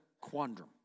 quandary